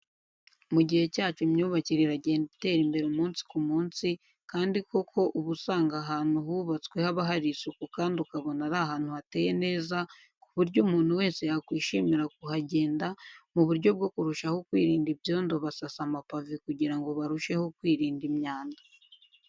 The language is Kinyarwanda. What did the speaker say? Mu gihe cyacu imyubakire iragenda itera imbere umunsi ku munsi kandi koko uba usanga ahantu hubatswe haba hari isuku kandi ukabona ari ahantu hateye neza ku buryo umuntu wese yakwishimira kuhagenda, mu buryo bwo kurushaho kwirinda ibyondo basasa amapave kugira ngo barusheho kwirinda imyanda.